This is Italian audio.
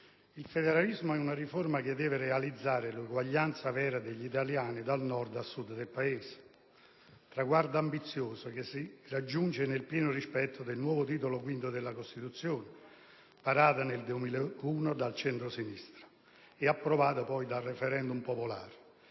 il federalismo è una riforma che deve realizzare l'uguaglianza vera degli italiani, dal Nord al Sud del Paese. Traguardo ambizioso, che si raggiunge, nel pieno rispetto del nuovo Titolo V della Costituzione varato nel 2001 dal centrosinistra e approvato poi dal *referendum* popolare,